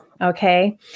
Okay